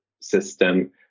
system